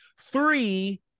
Three